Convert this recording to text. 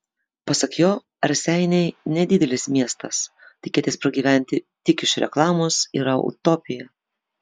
pasak jo raseiniai nedidelis miestas tikėtis pragyventi tik iš reklamos yra utopija